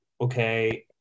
okay